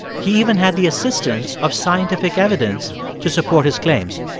he even had the assistance of scientific evidence to support his claims.